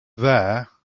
there